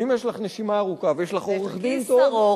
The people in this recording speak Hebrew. ואם יש לך נשימה ארוכה ויש לך עורך-דין טוב,